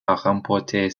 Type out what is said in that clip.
remporter